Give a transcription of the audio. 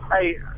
Hey